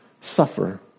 suffer